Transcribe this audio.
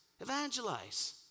Evangelize